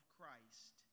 Christ